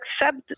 accept